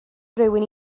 rywun